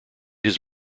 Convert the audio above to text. his